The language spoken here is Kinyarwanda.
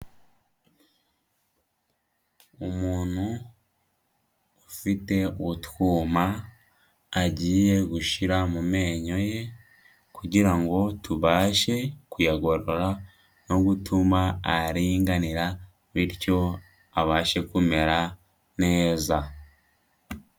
Umuntu ufite utwuma agiye gushira mu menyo ye kugira ngo tubashe kuyagorora no gutuma aringanira bityo abashe kumera neza.